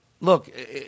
look